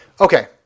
okay